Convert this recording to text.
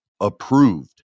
approved